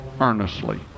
earnestly